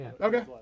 Okay